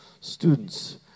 Students